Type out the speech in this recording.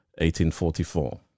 1844